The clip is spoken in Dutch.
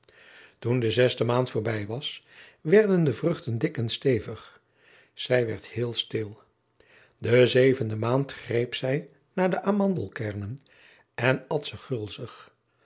toen de zesde maand voorbij was werden de vruchten dik en stevig zij werd heel stil de zevende maand greep zij naar de amandelkernen en at ze gulzig